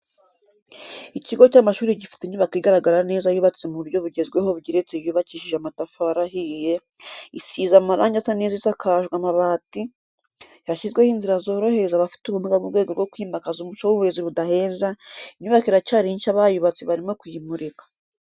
Ikigo cy'amashuri gifite inyubako igaragara neza yubatse mu buryo bugezweho bugeretse yubakishije amatafari ahiye, isize amarange asa neza isakajwe amabati, yashyizweho inzira zorohereza abafite ubumuga mu rwego rwo kwimakaza umuco w'uburezi budaheza, inyubako iracyari nshya abayubatse barimo kuyimurika.